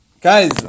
Guys